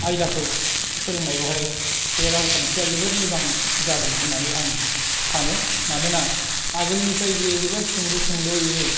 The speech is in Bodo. आयदाखौ फोरोंनायावहाय बे रावखान्थिया जोबोद मोजां जादों होननानै आं सानो मानोना आगोलनिफ्राय बियो जोबोद सुंद' सुंद'यैनो